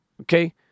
okay